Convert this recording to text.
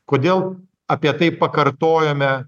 kodėl apie tai pakartojome